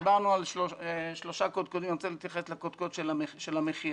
דיברנו על שלושה קודקודים ואני רוצה להתייחס לקדקוד של המחיר.